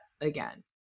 again